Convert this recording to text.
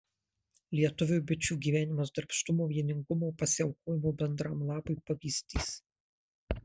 lietuviui bičių gyvenimas darbštumo vieningumo pasiaukojimo bendram labui pavyzdys